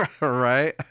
right